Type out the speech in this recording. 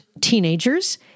teenagers